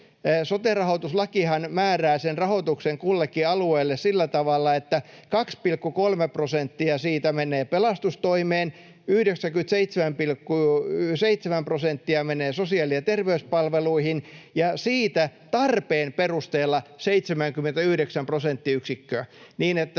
Sote-rahoituslakihan määrää sen rahoituksen kullekin alueelle sillä tavalla, että 2,3 prosenttia siitä menee pelastustoimeen, 97,7 prosenttia menee sosiaali- ja terveyspalveluihin ja siitä tarpeen perusteella 79 prosenttiyksikköä,